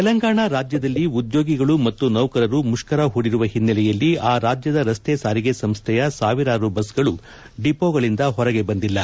ತೆಲಂಗಾಣ ರಾಜ್ಯದಲ್ಲಿ ಉದ್ಯೋಗಿಗಳು ಮತ್ತು ನೌಕರರು ಮುಷ್ಕರ ಹೂಡಿರುವ ಹಿನ್ನೆಲೆಯಲ್ಲಿ ಆ ರಾಜ್ಯದ ರಸ್ತೆ ಸಾರಿಗೆ ಸಂಸ್ಥೆಯ ಸಾವಿರಾರು ಬಸ್ಗಳು ಡಿಹೋಗಳಿಂದ ಹೊರಗೆ ಬಂದಿಲ್ಲ